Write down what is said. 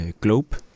globe